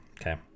okay